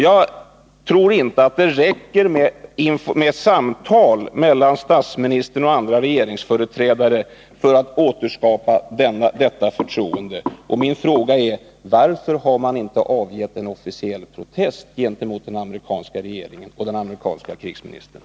Jag tror inte att det räcker med samtal mellan statsministern och andra regeringsföreträdare för att återskapa detta förtroende. Min fråga är: Varför har man inte avgett en officiell protest gentemot den amerikanska regeringen och den amerikanske krigsministern?